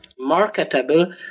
marketable